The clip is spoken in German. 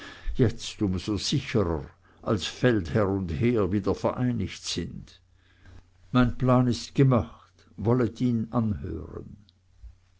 jetzt um so sicherer als feldherr und heer wiedervereinigt sind mein plan ist gemacht wollet ihn anhören